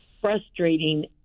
frustrating